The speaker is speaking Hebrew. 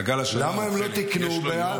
מעגל השנה --- למה הם לא תיקנו בפסח?